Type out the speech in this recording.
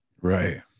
Right